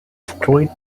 street